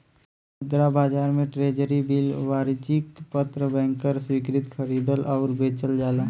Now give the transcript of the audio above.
मुद्रा बाजार में ट्रेज़री बिल वाणिज्यिक पत्र बैंकर स्वीकृति खरीदल आउर बेचल जाला